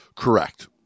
Correct